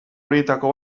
horietako